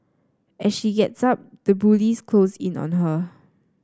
as she gets up the bullies close in on her